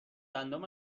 گندم